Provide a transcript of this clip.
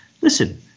Listen